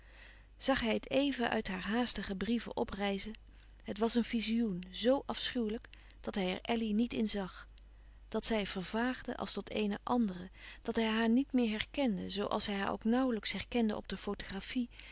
hij het even uit haar haastige brieven oprijzen het was een vizioen zo afschuwelijk dat hij er elly niet in zag dat zij vervaagde als tot eene andere dat hij haar niet meer herkende zoo als hij haar ook nauwlijks herkende op de fotografie